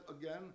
again